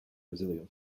brazilian